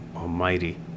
Almighty